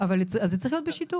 --- אז זה צריך להיות בשיתוף.